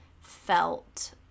felt